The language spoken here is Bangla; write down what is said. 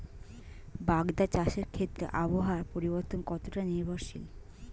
বাগদা চাষের ক্ষেত্রে আবহাওয়ার পরিবর্তন কতটা নির্ভরশীল?